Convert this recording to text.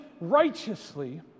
righteously